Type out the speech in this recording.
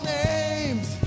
names